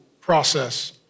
process